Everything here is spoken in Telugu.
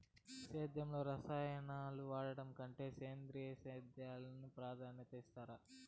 సేద్యంలో రసాయనాలను వాడడం కంటే సేంద్రియ సేద్యానికి ప్రాధాన్యత ఇస్తారు